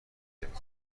دهید